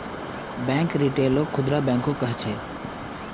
bank रिटेलक खुदरा बैंको कह छेक